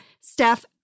Steph